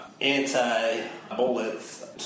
anti-bullets